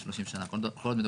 לא, אני רק מציין את זה.